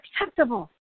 acceptable